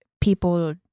people